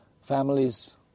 families